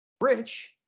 Rich